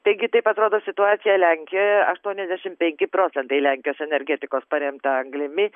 taigi taip atrodo situacija lenkijoje aštuoniasdešimt penki procentai lenkijos energetikos paremta anglimi